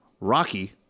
Rocky